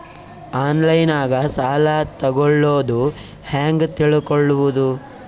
ಆನ್ಲೈನಾಗ ಸಾಲ ತಗೊಳ್ಳೋದು ಹ್ಯಾಂಗ್ ತಿಳಕೊಳ್ಳುವುದು?